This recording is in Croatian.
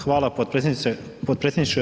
Hvala potpredsjedniče.